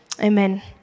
Amen